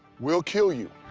will kill you.